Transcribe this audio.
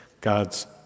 God's